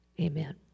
Amen